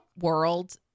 world